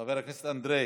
חבר הכנסת אנדרי,